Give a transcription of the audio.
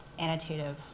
annotative